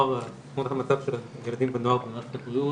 תמונת המצב של ילדים ונוער במערכת הבריאות